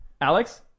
Alex